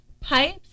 pipes